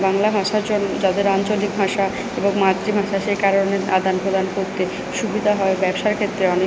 বাংলা ভাষা যোন যাদের আঞ্চলিক ভাষা এবং মাতৃভাষা সেই কারণে আদান প্রদান করতে সুবিধা হয় ব্যবসার ক্ষেত্রে অনেক